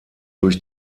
durch